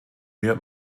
mir